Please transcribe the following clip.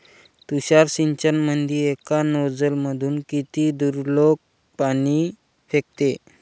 तुषार सिंचनमंदी एका नोजल मधून किती दुरलोक पाणी फेकते?